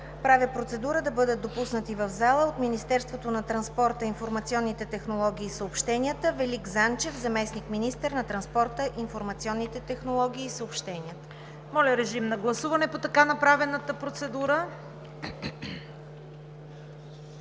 правя процедура да бъде допуснат в залата от Министерството на транспорта, информационните технологии и съобщенията Велик Занчев – заместник-министър на транспорта, информационните технологии и съобщенията. ПРЕДСЕДАТЕЛ ЦВЕТА КАРАЯНЧЕВА: Моля, режим на гласуване по така направената процедура.